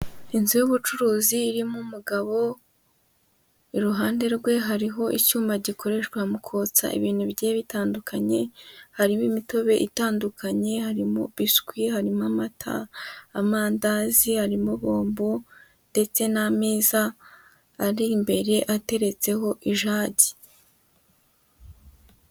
Inzu y'ubucuruzi irimo umugabo, iruhande rwe hariho icyuma gikoreshwa mu kotsa ibintu bigiye bitandukanye, harimo imitobe itandukanye, harimo biswi, harimo amata, amandazi, harimo bombo ndetse n'ameza ari imbere ateretseho ijagi.